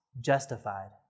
justified